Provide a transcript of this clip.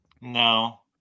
No